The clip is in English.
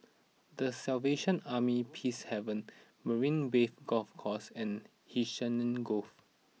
The Salvation Army Peacehaven Marina Bay Golf Course and Hacienda Grove